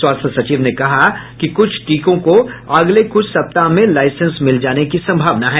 स्वास्थ्य सचिव ने कहा कि कुछ टीकों को अगले कुछ सप्ताह में लाइसेंस मिल जाने की संभावना है